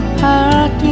heart